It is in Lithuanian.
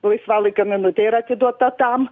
laisvalaikio minutė yra atiduota tam